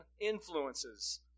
influences